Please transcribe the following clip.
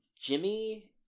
jimmy